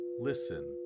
listen